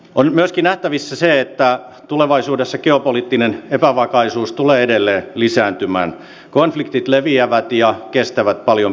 on myöskin nähtävissä se että tulevaisuudessa geopoliittinen epävakaus tulee edelleen lisääntymään konfliktit leviävät ja kestävät paljon pidempään